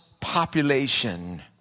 population